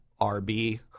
RB